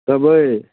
कबइ